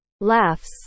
laughs